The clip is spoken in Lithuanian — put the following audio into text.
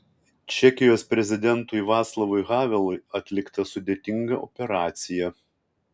čekijos prezidentui vaclavui havelui atlikta sudėtinga operacija